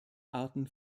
arten